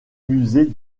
musée